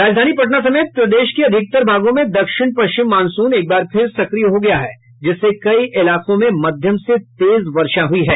राजधानी पटना समेत प्रदेश के अधिकतर भागों में दक्षिण पश्चिम मॉनसून एक बार फिर सक्रिय हो गया है जिससे कई इलाकों में मध्यम से तेज वर्षा हुई है